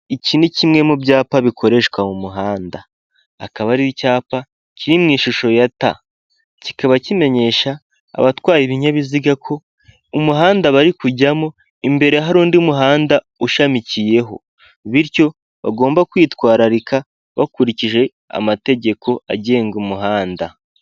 Iki ni kimwe mu byapa bikoreshwa mu muhanda, akaba ari icyapa kiri mu ishusho ya "t" kikaba kimenyesha abatwara ibinyabiziga ko umuhanda bari kujyamo imbere hari undi muhanda ushamikiyeho, bityo bagomba kwitwararika bakurikije amategeko agenga umuhanda.